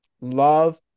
love